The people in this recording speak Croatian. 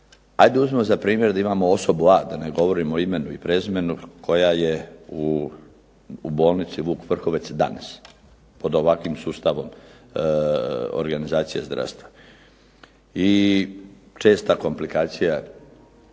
Ajde uzmimo za primjer da imamo osobu A da ne govorimo o imenu i prezimenu koja je u Bolnici Vuk Vrhovec danas pod ovakvim sustavom organizacije zdravstva. I česta komplikacija